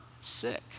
sick